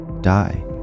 die